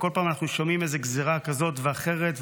ובכל פעם אנחנו שומעים איזו גזרה כזאת ואחרת,